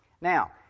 Now